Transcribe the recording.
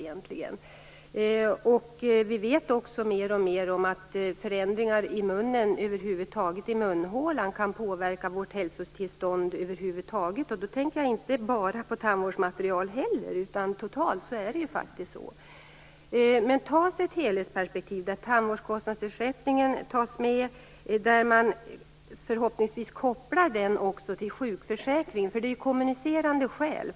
Vi vet också att förändringar över huvud taget i munhålan kan påverka vårt hälsotillstånd. Då tänker jag inte bara på tandvårdsmaterial, utan totalt. Ser man alltså detta i ett helhetsperspektiv där tandvårdsersättningen tas med, förhoppningsvis kopplad till sjukförsäkringen. Det är ju kommunicerande kärl.